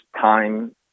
time